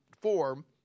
form